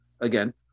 again